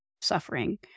suffering